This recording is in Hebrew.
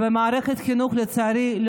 ולצערי,